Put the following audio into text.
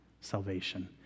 salvation